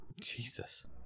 Jesus